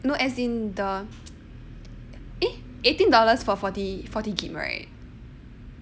no as in the eh eighteen dollars for forty forty gig right